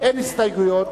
אין הסתייגויות.